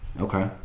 Okay